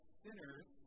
sinners